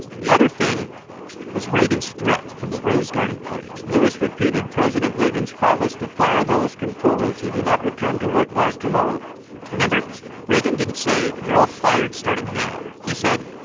the other thing was reagan's threat from the rose garden podium lewis repeated president reagan's promise to fire those controllers who do not return to work by tomorrow remember. reagan didn't say, you're all fired starting now. he said,